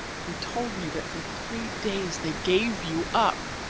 he told me that for three days they gave you up.